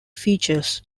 features